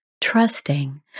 trusting